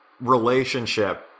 relationship